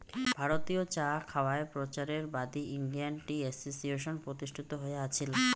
ভারতীয় চা খাওয়ায় প্রচারের বাদী ইন্ডিয়ান টি অ্যাসোসিয়েশন প্রতিষ্ঠিত হয়া আছিল